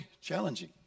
challenging